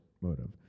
motive